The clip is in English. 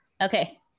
Okay